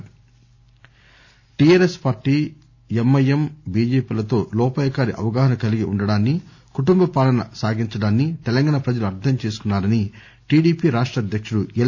Shankar TDP Ramana TRS party MIM BJP లతో లోపాయికారి అవగాహన కలిగి ఉండడాన్పి కుటుంబ పాలన సాగించడాన్ని తెలంగాణ ప్రజలు అర్ధం చేసుకొన్నారని టిడిపి రాష్ట అధ్యకుడు ఎల్